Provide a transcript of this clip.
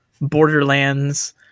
Borderlands